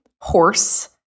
horse